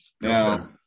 Now